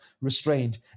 restrained